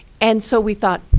and so we thought,